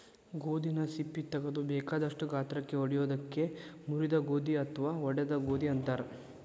ಗೋಧಿನ ಸಿಪ್ಪಿ ತಗದು ಬೇಕಾದಷ್ಟ ಗಾತ್ರಕ್ಕ ಒಡಿಯೋದಕ್ಕ ಮುರಿದ ಗೋಧಿ ಅತ್ವಾ ಒಡದ ಗೋಧಿ ಅಂತಾರ